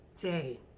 day